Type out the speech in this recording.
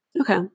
Okay